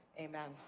amen.